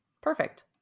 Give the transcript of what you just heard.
perfect